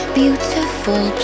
beautiful